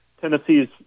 Tennessee's